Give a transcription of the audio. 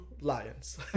lions